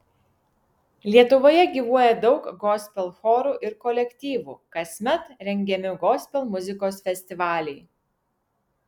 lietuvoje gyvuoja daug gospel chorų ir kolektyvų kasmet rengiami gospel muzikos festivaliai